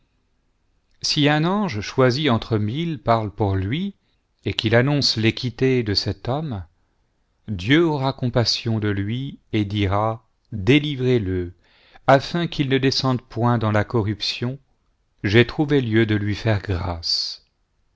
si un ange choisi entre mille parle pour lui et qu'il annonce l'équité de cet homme dieu aura compassion de lui et dira délivrez-le afin qu'il ne descende point dans la corruption j'ai trouvé lieu de lui faire grâce